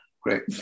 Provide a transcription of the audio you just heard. great